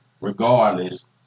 regardless